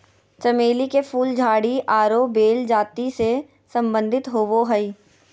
चमेली के फूल झाड़ी आरो बेल जाति से संबंधित होबो हइ